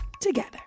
together